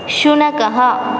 शुनकः